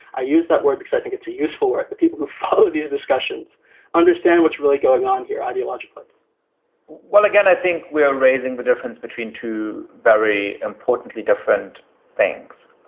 i use that word because i think it's a useful word that people who follow these discussions understand what's really going on here ideologically well, again, i think we are raising the difference between two very importantly, different things.